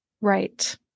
Right